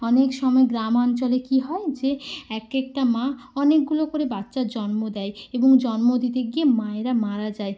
অনেক সময় গ্রাম অঞ্চলে কী হয় যে একেকটা মা অনেকগুলো করে বাচ্চার জন্ম দেয় এবং জন্ম দিতে গিয়ে মায়েরা মারা যায়